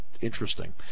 interesting